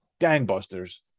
gangbusters